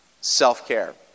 self-care